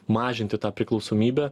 mažinti tą priklausomybę